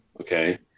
okay